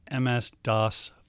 MS-DOS